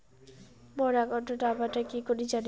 মোর account নাম্বারটা কি করি জানিম?